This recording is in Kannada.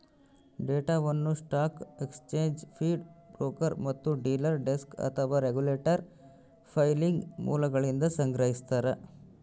ಡೇಟಾವನ್ನು ಸ್ಟಾಕ್ ಎಕ್ಸ್ಚೇಂಜ್ ಫೀಡ್ ಬ್ರೋಕರ್ ಮತ್ತು ಡೀಲರ್ ಡೆಸ್ಕ್ ಅಥವಾ ರೆಗ್ಯುಲೇಟರಿ ಫೈಲಿಂಗ್ ಮೂಲಗಳಿಂದ ಸಂಗ್ರಹಿಸ್ತಾರ